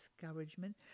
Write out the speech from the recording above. discouragement